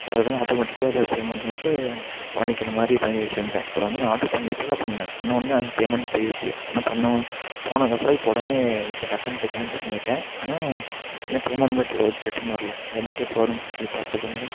அது வந்து ஆட்டோமேட்டிக்காகவே பேமண்ட் மட்டும் பண்ணிக்கிற மாதிரி பண்ணி வச்சிருந்தேன் இப்போ வந்து நான் ஆட்ரு பண்ணி இப்போதான் பண்ணேன் பண்ணவொடன்ன பேமண்ட்டும் போயிடுச்சி ஆனால் பணம் போனதுக்கப்பறோம் இப்போ உடனே இப்போ டக்குன்னு சரி கேன்சல் பண்ணிவிட்டேன் ஆனால் இன்னும் பேமண்ட் மட்டும் ரிட்டன் வர்லை அதுமட்டும் எப்போது வரும்னு கே பார்த்து சொல்லுறீங்களா